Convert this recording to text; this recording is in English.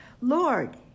Lord